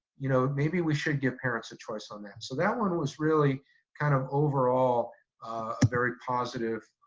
you know maybe we should give parents a choice on that. so that one was really kind of overall a very positive